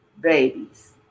babies